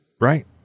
Right